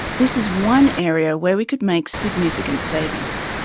this is one area where we could make significant savings.